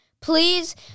Please